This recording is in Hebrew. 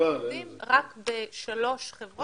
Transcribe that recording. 20,000 עובדים רק בשלוש חברות היו סך הכול ארבע משרות.